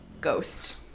Ghost